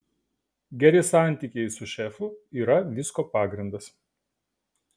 geri santykiai su šefu yra visko pagrindas